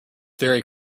very